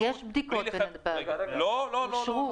יש בדיקות בנתב"ג, הם אושרו.